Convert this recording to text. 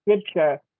scripture